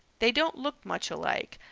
they don't look much alike,